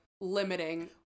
limiting